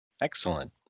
Excellent